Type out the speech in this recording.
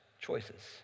choices